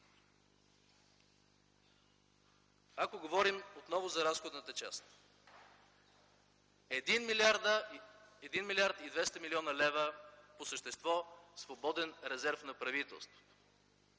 Ако говорим отново за разходната част – 1 млрд. 200 млн. лв. по същество свободен резерв на правителството,